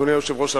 אדוני היושב-ראש,